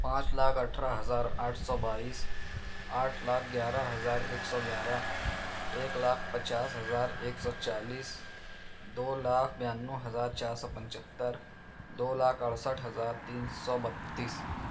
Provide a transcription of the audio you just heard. پانچ لاکھ اٹھارہ ہزار آٹھ سو بائیس آٹھ لاکھ گیارہ ہزار ایک سو گیارہ ایک لاکھ پچاس ہزار ایک سو چالیس دو لاکھ بانوے ہزار چار سو پچھتر دو لاکھ اڑسٹھ ہزار تین سو بتیس